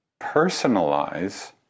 personalize